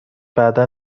بعدا